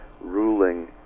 ruling